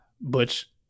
Butch